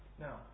Now